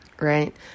right